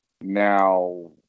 now